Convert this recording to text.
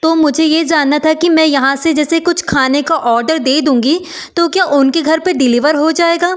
तो मुझे यह जानना था कि मैं यहाँ से जैसे कुछ खाने का ऑडर दे दूँगी तो क्या उनके घर पर डिलीवर हो जाएगा